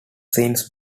since